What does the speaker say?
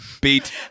beat